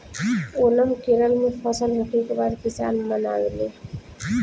ओनम केरल में फसल होखे के बाद किसान मनावेले